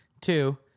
Two